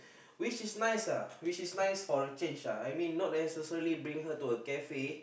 which is nice uh which is nice for a change uh I mean not necessary bring her to a cafe